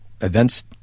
events